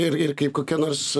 ir ir kaip kokia nors